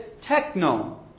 techno